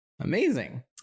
Amazing